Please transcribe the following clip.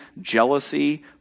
jealousy